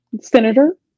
Senator